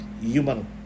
human